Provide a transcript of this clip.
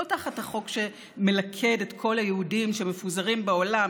לא תחת החוק שמלכד את כל היהודים שמפוזרים בעולם,